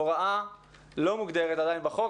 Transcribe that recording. הוראה לא מוגדרת עדיין בחוק.